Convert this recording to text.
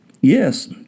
Yes